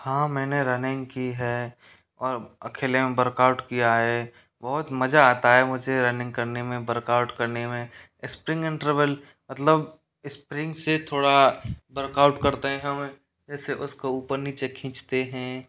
हाँ मैंने रनिंग की है और अकेले में बर्कआउट किया है बहुत मजा आता है मुझे रनिंग करने में बर्कआउट करने में स्प्रिंग इंटरवल मतलब स्प्रिंग से थोड़ा वर्कआउट करते हैं हमें जैसे उसको ऊपर नीचे खींचते हैं